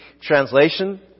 Translation